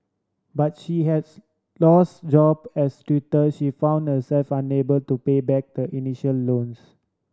but she has lose job as tutor she found herself unable to pay back the initial loans